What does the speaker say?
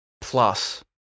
plus